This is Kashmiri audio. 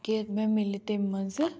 کہِ مےٚ مِلہِ تٔمۍ منٛزٕ